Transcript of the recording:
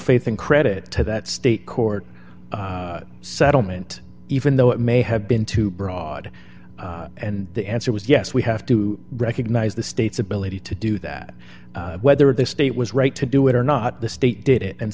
faith and credit to that state court settlement even though it may have been too broad and the answer was yes we have to recognize the state's ability to do that whether the state was right to do it or not the state did it and